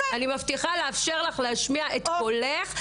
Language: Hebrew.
אני מבטיחה לאפשר לך להשמיע את קולך,